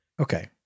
Okay